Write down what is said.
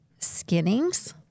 skinnings